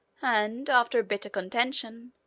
and, after a bitter contention,